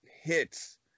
hits